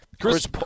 Chris